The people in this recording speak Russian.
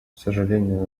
сожаление